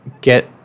get